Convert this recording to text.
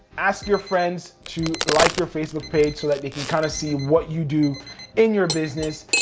ask your friends to like your facebook page so that they can kinda see what you do in your business.